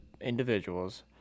individuals